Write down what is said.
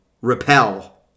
repel